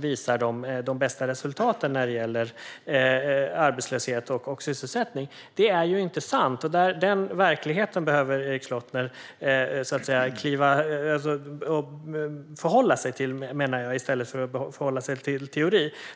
visar de bästa resultaten när det gäller arbetslöshet och sysselsättning. Men så är det inte, och den verkligheten behöver Erik Slottner förhålla sig till i stället för att förhålla sig till teori.